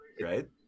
right